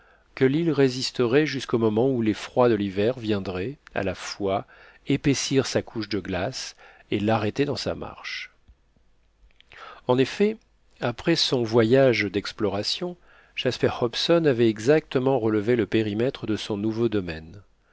que l'île résisterait jusqu'au moment où les froids de l'hiver viendraient à la fois épaissir sa couche de glace et l'arrêter dans sa marche en effet après son voyage d'exploration jasper hobson avait exactement relevé le périmètre de son nouveau domaine